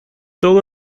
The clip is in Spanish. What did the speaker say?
todo